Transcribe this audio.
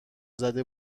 زده